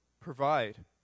provide